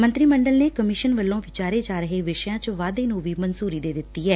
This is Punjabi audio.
ਮੰਤਰੀ ਮੰਡਲ ਨੇ ਕਮਿਸ਼ਨ ਵੱਲੋਂ ਵਿਚਾਰੇ ਜਾ ਰਹੇ ਵਿਸ਼ਿਆਂ ਚ ਵੀ ਵਾਧੇ ਨੂੰ ਵੀ ਮਨਜੁਰੀ ਦਿੱਤੀ ਐ